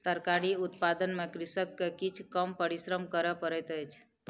तरकारी उत्पादन में कृषक के किछ कम परिश्रम कर पड़ैत अछि